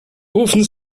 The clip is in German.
rufen